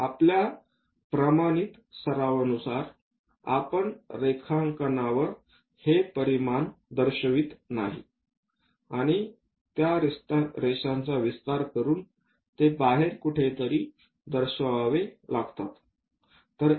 आपल्या प्रमाणित सरावानुसार आपण रेखांकनावर हे परिमाण दर्शवित नाही आणि त्या रेषांचा विस्तार करून ते बाहेर कुठेतरी दर्शवावे लागतात